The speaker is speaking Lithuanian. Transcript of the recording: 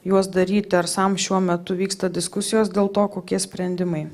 juos daryti ar sam šiuo metu vyksta diskusijos dėl to kokie sprendimai